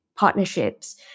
partnerships